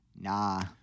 Nah